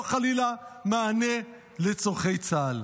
לא חלילה מענה לצורכי צה"ל,